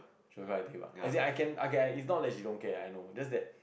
as in I can I can it's not that she don't care I know it's just that